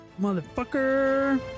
motherfucker